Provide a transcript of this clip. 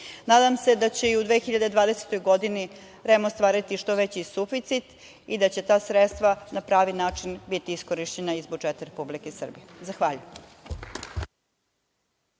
Nadam se da će i u 2020. godini REM ostvariti što veći suficit i da će ta sredstva na pravi način biti iskorišćena iz budžeta Republike Srbije. Zahvaljujem